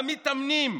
המתאמנים,